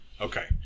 Okay